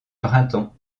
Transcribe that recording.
printemps